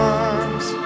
arms